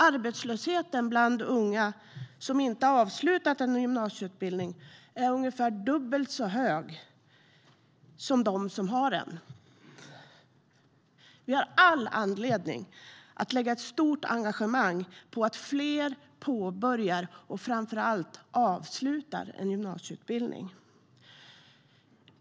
Arbetslösheten bland unga som inte avslutat en gymnasieutbildning är ungefär dubbelt så hög som bland dem som har en gymnasieutbildning. Vi har all anledning att lägga ett stort engagemang på att fler påbörjar och framför allt avslutar en gymnasieutbildning.